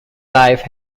life